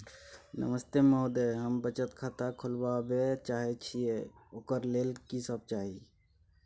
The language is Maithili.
नमस्ते महोदय, हम बचत खाता खोलवाबै चाहे छिये, ओकर लेल की सब चाही?